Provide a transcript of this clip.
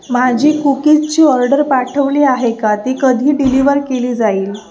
माझी कुकीजची ऑर्डर पाठवली आहे का ती कधी डिलिव्हर केली जाईल